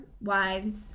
wives